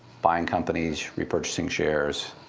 buying companies, repurchasing shares.